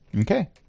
Okay